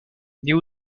néo